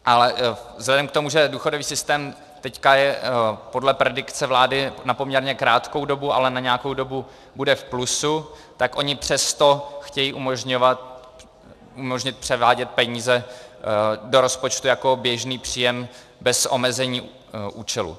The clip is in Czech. Ale vzhledem k tomu, že důchodový systém je teď podle predikce vlády na poměrně krátkou dobu, ale na nějakou dobu bude v plusu, tak oni přesto chtějí umožnit převádět peníze do rozpočtu jako běžný příjem bez omezení účelu.